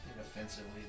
offensively